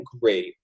great